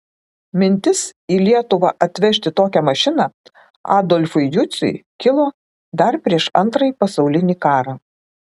mintis į lietuvą atvežti tokią mašiną adolfui juciui kilo dar prieš antrąjį pasaulinį karą